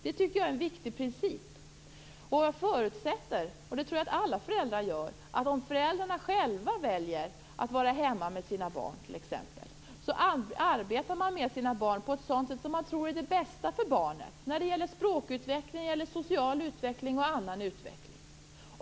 Det tycker jag är en viktig princip. Jag förutsätter, det tror jag att alla föräldrar gör, att om föräldrarna själva t.ex. väljer att vara hemma med sina barn arbetar de med sina barn på det sätt som man tror är bäst för barnet vad gäller språkutveckling, social utveckling och annan utveckling.